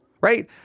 right